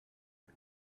for